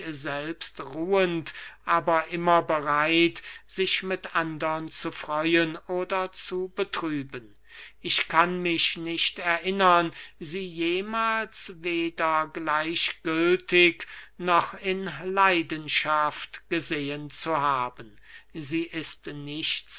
selbst ruhend aber immer bereit sich mit andern zu freuen oder zu betrüben ich kann mich nicht erinnern sie jemahls weder gleichgültig noch in leidenschaft gesehen zu haben sie ist nichts